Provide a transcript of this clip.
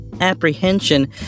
apprehension